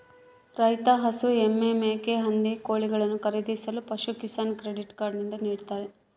ರೈತ ಹಸು, ಎಮ್ಮೆ, ಮೇಕೆ, ಹಂದಿ, ಮತ್ತು ಕೋಳಿಗಳನ್ನು ಖರೀದಿಸಲು ಪಶುಕಿಸಾನ್ ಕ್ರೆಡಿಟ್ ಕಾರ್ಡ್ ನಿಂದ ನಿಡ್ತಾರ